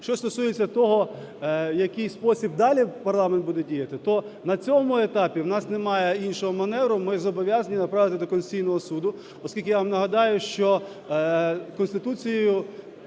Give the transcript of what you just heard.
Що стосується того, в який спосіб далі парламент буде діяти, то на цьому етапі в нас немає іншого маневру, ми зобов'язані направити до Конституційного Суду, оскільки, я вам нагадаю, що Конституцією